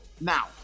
now